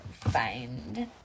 find